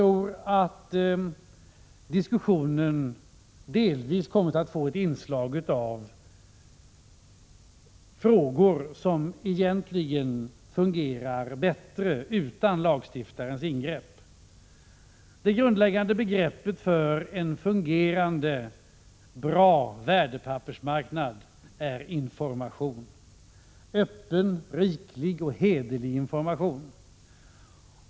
Diskussionen har delvis kommit att beröra vissa områden som egentligen fungerar bättre utan lagstiftarens ingrepp. Det grundläggande begreppet för en fungerande, bra värdepappersmarknad är information — öppen, riklig och hederlig information.